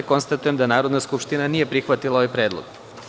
Konstatujem da Narodna skupština nije prihvatila ovaj predlog.